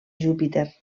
júpiter